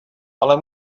ale